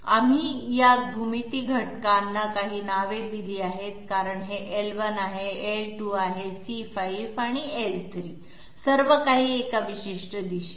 आम्ही या भूमिती घटकांना काही नावे दिली आहेत हे l1 आहे हे l2 आहे हे c5 आहे आणि हे l3 आहे सर्व काही एका विशिष्ट दिशेने